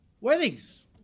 weddings